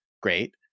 Great